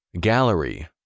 Gallery